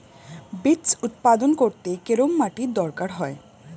Beets উৎপাদন করতে কেরম মাটির দরকার হয়?